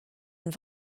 and